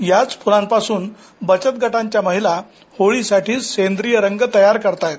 याच फुलांपासून बचत गटांच्या महिला होळी साठी सेंद्रिय रंग तयार करताहेत